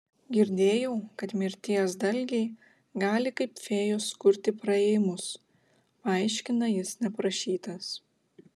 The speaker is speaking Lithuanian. girdėjau kad mirties dalgiai gali kaip fėjos kurti praėjimus paaiškina jis neprašytas